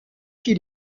qui